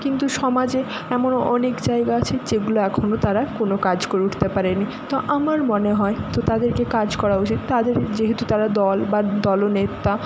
কিন্তু সমাজে এমন অনেক জায়গা আছে যেগুলো এখনও তারা কোন কাজ করে উঠতে পারে নি তো আমার মনে হয় তো তাদেরকে কাজ করা উচিত তাদের যেহেতু তারা দল বা দলনেতা